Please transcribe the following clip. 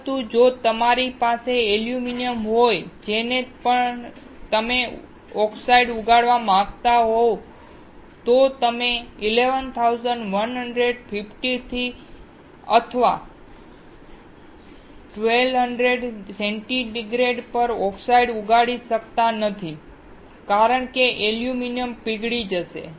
પરંતુ જો તમારી પાસે એલ્યુમિનિયમ હોય જેના પર તમે ઓક્સાઇડ ઉગાડવા માંગો છો તો તમે 1150 અથવા 1200 ડિગ્રી સેન્ટીગ્રેડ પર ઓક્સાઇડ ઉગાડી શકતા નથી કારણ કે એલ્યુમિનિયમ પીગળી જશે